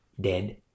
dead